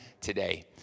today